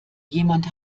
jemand